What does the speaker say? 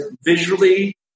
visually